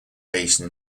basin